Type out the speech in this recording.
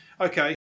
Okay